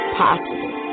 possible